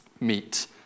meet